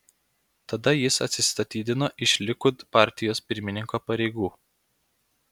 tada jis atsistatydino iš likud partijos pirmininko pareigų